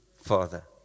father